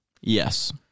Yes